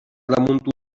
damunt